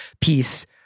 piece